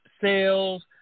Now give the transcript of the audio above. Sales